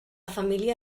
família